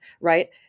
right